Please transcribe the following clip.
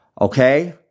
Okay